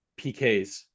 PKs